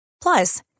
Plus